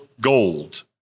gold